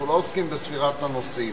אנחנו לא עוסקים בספירת הנוסעים.